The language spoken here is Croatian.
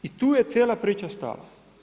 I tu je cijela priča stala.